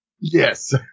Yes